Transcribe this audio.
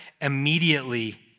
immediately